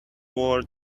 war